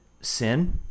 sin